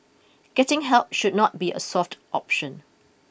getting help should not be a soft option